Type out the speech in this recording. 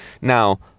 Now